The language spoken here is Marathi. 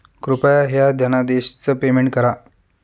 कृपया ह्या धनादेशच पेमेंट करा